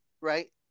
Right